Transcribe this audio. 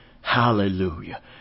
hallelujah